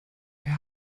per